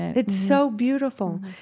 it's so beautiful.